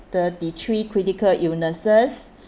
thirty three critical illnesses